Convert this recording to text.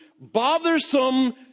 bothersome